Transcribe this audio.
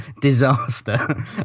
disaster